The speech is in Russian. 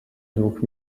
двух